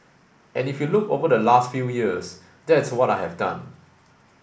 and if you look over the last few years that's what I have done